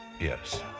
Yes